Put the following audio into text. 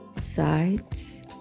sides